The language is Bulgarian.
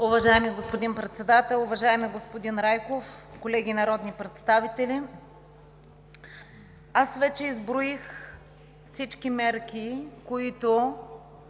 Уважаеми господин Председател, уважаеми господин Райков, колеги народни представители! Аз вече изброих всички мерки, които